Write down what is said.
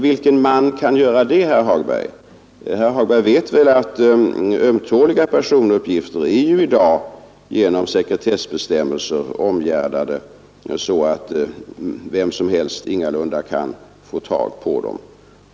Vilken ”man” kan göra det, herr Hagberg? Herr Hagberg vet väl att ömtåliga personuppgifter i dag är omgärdade av sekretessbestämmelser så att vem som helst ingalunda kan få tag på dem.